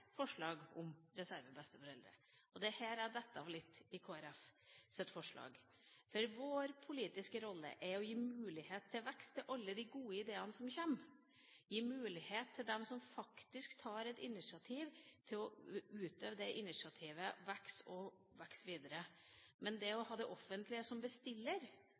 forslag om reservebesteforeldre. Det er her jeg detter litt av Kristelig Folkepartis forslag. Vår politiske rolle er å gi mulighet til vekst for alle de gode ideene som kommer, gi mulighet til dem som faktisk tar et initiativ, til å utøve det initiativet og få det til å vokse videre. Men det å ha det offentlige som bestiller